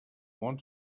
want